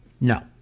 No